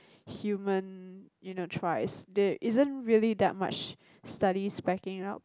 human you know tries there's isn't really that much studies backing up